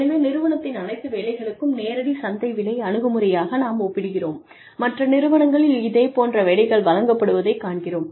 எனவே நிறுவனத்தின் அனைத்து வேலைகளுக்கும் நேரடி சந்தை விலை அணுகுமுறையாக நாம் ஒப்பிடுகிறோம் மற்ற நிறுவனங்களில் இதே போன்ற வேலைகள் வழங்கப்படுவதைக் காண்கிறோம்